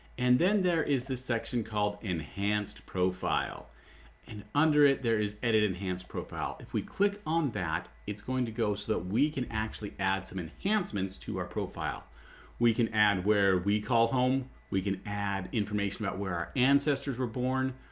and then there is the section called enhanced profile and under it there is edit enhanced profile. if we click on that it's going to go so that we can actually add some enhancements to our profile we can add where we call home, we can add information about where our ancestors were born,